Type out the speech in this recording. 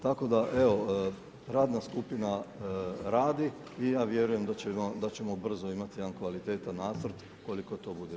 Tako da evo, radna skupina radi i ja vjerujem da ćemo brzo imati jedan kvalitetan nacrt ukoliko to bilo moguće.